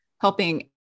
helping